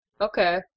Okay